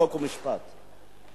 חוק ומשפט.